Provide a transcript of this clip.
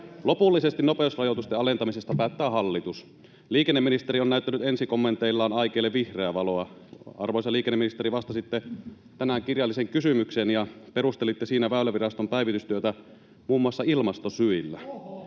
Lopullisesti nopeusrajoitusten alentamisesta päättää hallitus. Liikenneministeri on näyttänyt ensikommenteillaan aikeille vihreää valoa. Arvoisa liikenneministeri, vastasitte tänään kirjalliseen kysymykseen ja perustelitte siinä Väyläviraston päivitystyötä muun muassa ilmastosyillä.